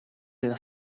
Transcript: della